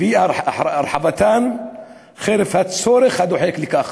ואי-הרחבתן חרף הצורך הדוחק בכך,